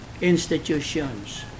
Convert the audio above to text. institutions